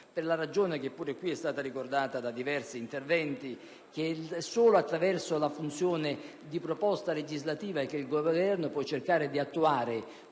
per la ragione ricordata in diversi interventi: è solo attraverso la funzione di proposta legislativa che il Governo può cercare di attuare